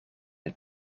het